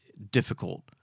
difficult